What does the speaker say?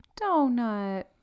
Donut